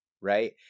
right